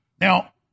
Now